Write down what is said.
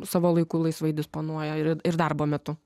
savo laiku laisvai disponuoja ir ir darbo metu